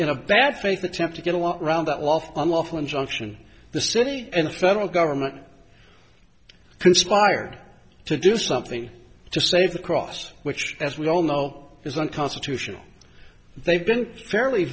in a bad faith attempt to get a lot around that lawful unlawful injunction the city and the federal government conspired to do something to save the cross which as we all know is unconstitutional they've been fairly